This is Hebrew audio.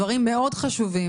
הדברים מאוד חשובים.